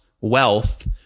wealth